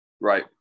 right